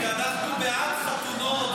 כי אנחנו בעד חתונות.